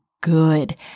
good